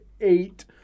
eight